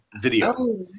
video